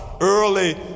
early